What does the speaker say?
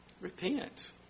Repent